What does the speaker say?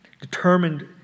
determined